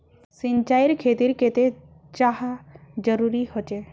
सिंचाईर खेतिर केते चाँह जरुरी होचे?